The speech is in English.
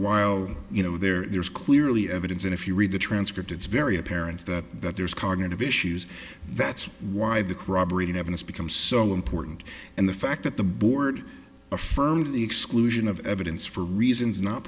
while you know there is clearly evidence and if you read the transcript it's very apparent that that there's cognitive issues that's why the corroborating evidence becomes so important and the fact that the board affirmed the exclusion of evidence for reasons not